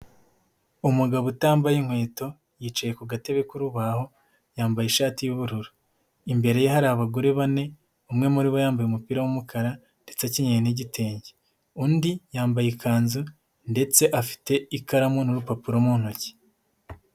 Umugabo utambaye inkweto yicaye ku gatebe k'urubaho, yambaye ishati y'ubururu, imbere ye hari abagore bane, umwe muri bo yambaye umupira w'umukara ndetse akenyeye n'igitenge, undi yambaye ikanzu ndetse afite ikaramu n'urupapuro mu ntoki.